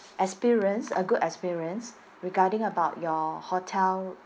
experience a good experience regarding about your hotel